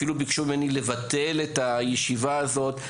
אפילו ביקשו ממני לבטל את הישיבה הזאת,